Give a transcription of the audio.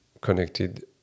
connected